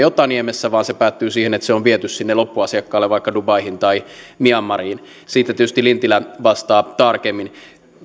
otaniemessä vaan se päättyy siihen että se on viety sinne loppuasiakkaalle vaikka dubaihin tai myanmariin siitä tietysti lintilä vastaa tarkemmin